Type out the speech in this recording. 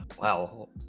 wow